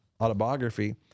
autobiography